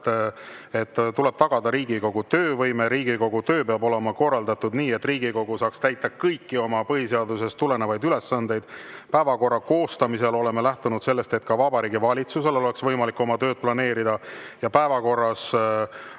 et tuleb tagada Riigikogu töövõime, Riigikogu töö peab olema korraldatud nii, et Riigikogu saaks täita kõiki oma põhiseadusest tulenevaid ülesandeid. Päevakorra koostamisel oleme lähtunud sellest, et ka Vabariigi Valitsusel oleks võimalik oma tööd planeerida. Päevakorras